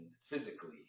physically